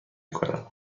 کنم